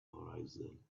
horizon